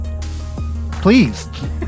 Please